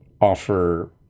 offer